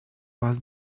was